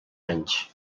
anys